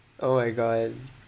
oh my god